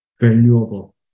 valuable